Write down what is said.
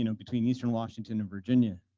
you know between eastern washington and virginia.